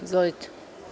Izvolite.